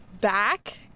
back